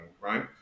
right